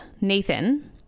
Nathan